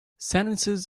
sentences